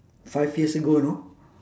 five years ago you know